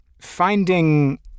finding